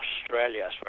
Australia